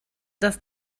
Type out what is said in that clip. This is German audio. dass